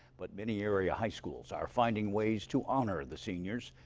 but many area high schools are finding ways to honor the seniors.